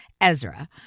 Ezra